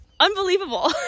Unbelievable